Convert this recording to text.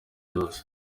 byose